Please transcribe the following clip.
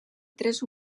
tres